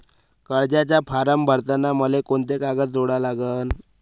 कर्जाचा फारम भरताना मले कोंते कागद जोडा लागन?